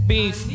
Beef